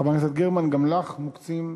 חברת הכנסת גרמן, גם לך מוקצות